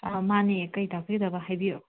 ꯑ ꯃꯥꯅꯦ ꯀꯩ ꯇꯥꯛꯄꯤꯒꯗꯕ ꯍꯥꯏꯕꯤꯌꯣ